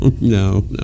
no